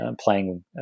playing